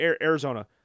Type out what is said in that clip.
Arizona